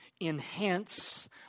enhance